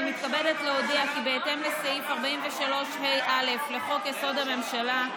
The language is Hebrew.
אני מתכבדת להודיע כי בהתאם לסעיף 43ה(א) לחוק-יסוד: הממשלה,